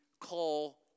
call